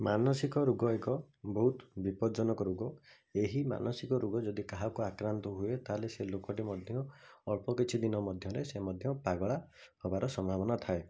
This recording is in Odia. ମାନସିକ ରୋଗ ଏକ ବହୁତ ବିପଦଜ୍ଜନକ ରୋଗ ଏହି ମାନସିକ ରୋଗ ଯଦି କାହାକୁ ଆକ୍ରାନ୍ତ ହୁଏ ତା'ହେଲେ ସେ ଲୋକଟି ମଧ୍ୟ ଅଳ୍ପ କିଛିଦିନ ମଧ୍ୟରେ ସେ ମଧ୍ୟ ପାଗଳା ହବାର ସମ୍ଭାବନା ଥାଏ